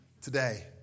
today